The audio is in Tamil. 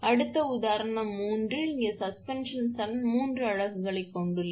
அடுத்தது உதாரணம் 3 இங்கே சஸ்பென்ஷன் சரம் மூன்று அலகுகளைக் கொண்டுள்ளது